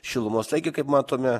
šilumos taigi kaip matome